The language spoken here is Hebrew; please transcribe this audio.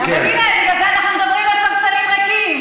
בן-גוריון היה המנהיג שלהם.